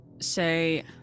say